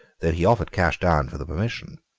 though he offered cash down for the permission.